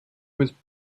was